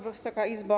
Wysoka Izbo!